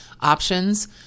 options